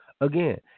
Again